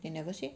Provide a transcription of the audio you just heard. they never say